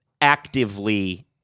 actively